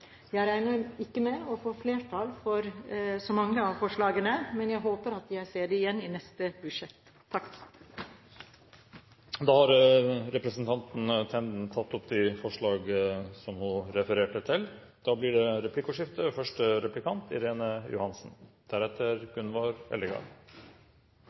Jeg regner ikke med å få flertall for så mange av forslagene, men jeg håper at jeg ser dem igjen i neste budsjett. Representanten Borghild Tenden har tatt opp de forslag hun refererte til. Det blir replikkordskifte.